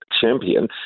champion